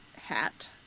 hat